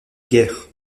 guerre